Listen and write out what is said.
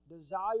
Desire